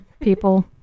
people